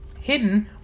hidden